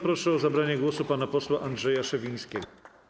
Proszę o zabranie głosu pana posła Andrzeja Szewińskiego.